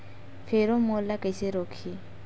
Pheromone ला कइसे रोकही?